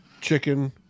chicken